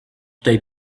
tej